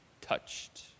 touched